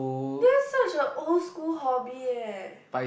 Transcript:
that's such an old school hobby eh